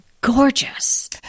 gorgeous